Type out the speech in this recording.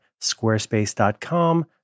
squarespace.com